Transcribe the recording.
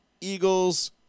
Eagles